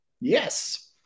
Yes